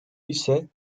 ise